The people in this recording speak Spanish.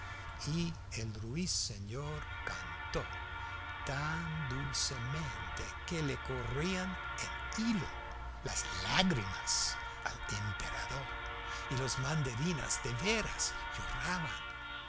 y el ruiseñor cantó tan dulcemente que le corrían en hilo las lágrimas al emperador y los mandarines de veras lloraban